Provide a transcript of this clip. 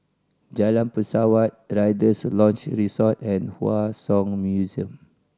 Jalan Pesawat Rider's Lodge Resort and Hua Song Museum